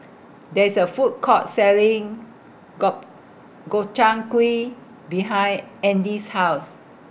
There IS A Food Court Selling Gob Gobchang Gui behind Andy's House